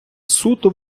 суто